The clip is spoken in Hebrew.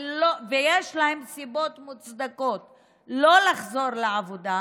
ויש להן סיבות מוצדקות לא לחזור לעבודה,